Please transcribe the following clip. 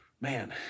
Man